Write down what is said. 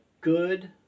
good